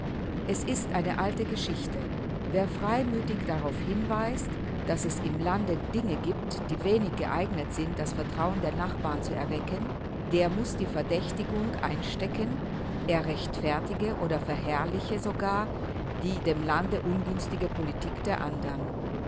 es ist eine alte geschichte wer freimütig darauf hinweist daß es im lande dinge gibt die wenig geeignet sind das vertrauen der nachbarn zu erwecken der muß die verdächtigung einstecken er rechtfertige oder verherrliche sogar die dem lande ungünstige politik der andern